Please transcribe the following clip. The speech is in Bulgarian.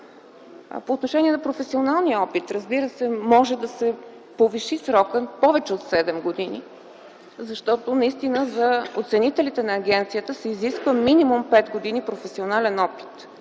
По отношение на професионалния опит. Разбира се, срокът може да се повиши - повече от 7 години, защото за оценителите на агенцията се изисква минимум 5 години професионален опит.